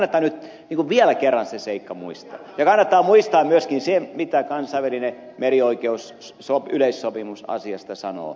kannattaa nyt vielä kerran se seikka muistaa ja kannattaa muistaa myöskin se mitä kansainvälinen merioikeusyleissopimus asiasta sanoo